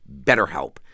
BetterHelp